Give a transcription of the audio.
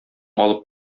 алып